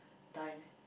die leh